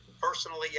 personally